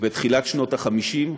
בתחילת שנות ה-50,